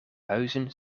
huizen